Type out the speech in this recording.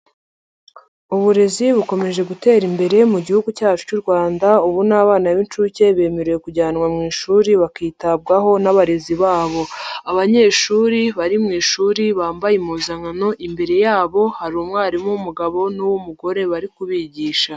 Uburezi bukomeje gutera imbere mu gihugu cyacu cy'u Rwanda, ubu n'abana b'incuke bemerewe kujyanwa mu ishuri bakitabwaho n'abarezi babo. Abanyeshuri bari mu ishuri, bambaye impuzankano, imbere yabo hari umwarimu w'umugabo n'uw'umugore bari kubigisha.